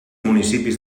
municipis